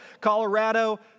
Colorado